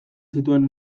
zituen